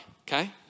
okay